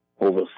over